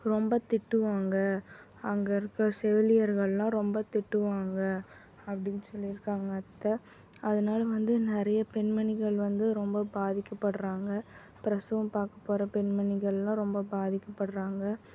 ரொம்ப திட்டுவாங்க அங்கே இருக்க செவிலியர்கள்லாம் ரொம்ப திட்டுவாங்க அப்படின்னு சொல்லியிருக்காங்க அத்தை அதனால வந்து நிறைய பெண்மணிகள் வந்து ரொம்ப பாதிக்கப்படுறாங்க பிரசவம் பார்க்க போகிற பெண்மணிகள்லாம் ரொம்ப பாதிக்கபடுறாங்க